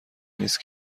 نیست